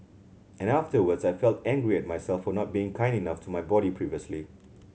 and afterwards I felt angry at myself for not being kind enough to my body previously